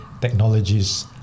technologies